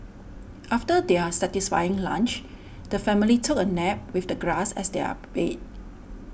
after their satisfying lunch the family took a nap with the grass as their bed